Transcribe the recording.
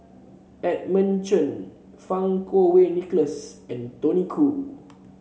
Edmund Chen Fang Kuo Wei Nicholas and Tony Khoo